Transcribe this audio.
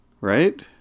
Right